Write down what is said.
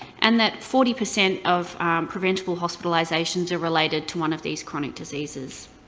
and that forty percent of preventable hospitalizations are related to one of these chronic diseases.